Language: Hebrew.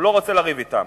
הוא לא רוצה לריב אתם.